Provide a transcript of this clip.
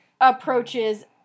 approaches